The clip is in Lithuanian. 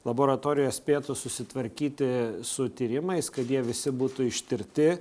laboratorijos spėtų susitvarkyti su tyrimais kad jie visi būtų ištirti